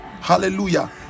hallelujah